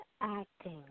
acting